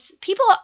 people